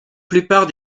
plupart